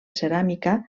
ceràmica